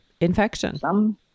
infection